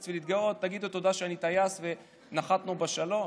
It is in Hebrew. ולהתגאות: תגידו תודה שאני טייס ונחתנו בשלום?